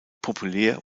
populär